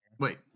Wait